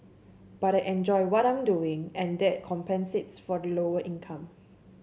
but I enjoy what I'm doing and that compensates for the lower income